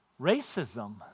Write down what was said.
racism